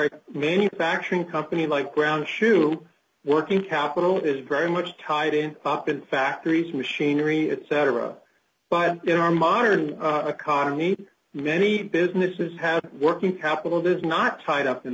a manufacturing company like ground shoe working capital is very much tied in pop in factories machinery etc but in our modern economy many businesses have working capital does not tie it up in